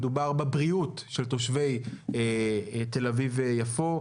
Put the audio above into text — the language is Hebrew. מדובר בבריאות של תושבי תל אביב-יפו,